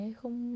không